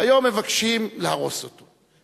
והיום מבקשים להרוס אותו,